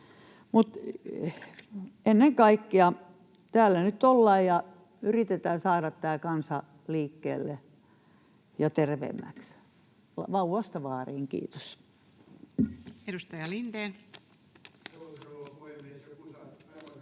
ennen kaikkea täällä nyt ollaan ja yritetään saada tämä kansa liikkeelle ja terveemmäksi, vauvasta vaariin. — Kiitos.